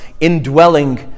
indwelling